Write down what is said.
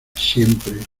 siempre